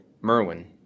Merwin